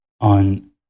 on